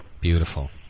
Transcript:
beautiful